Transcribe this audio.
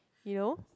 you know